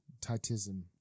Titism